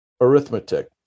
arithmetic